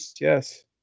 yes